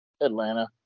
Atlanta